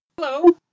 Hello